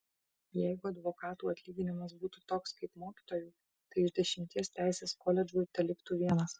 jeigu advokatų atlyginimas būtų toks kaip mokytojų tai iš dešimties teisės koledžų teliktų vienas